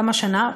גם השנה.